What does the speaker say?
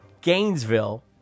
Gainesville